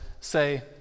say